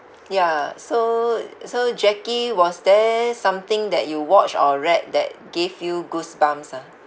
ya so so jackie was there something that you watched or read that gave you goosebumps ah